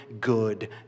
good